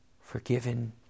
Forgiven